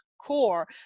core